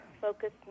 focused